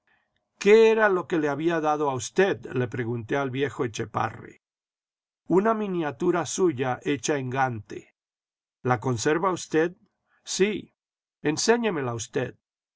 qué era lo que le había dejado a usted le pregunté al viejo etchepare una miniatura suya hecha en gante la conserva usted sí enséñemela usted